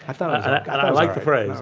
i like the phrase,